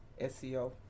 SEO